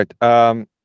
Right